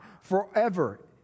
forever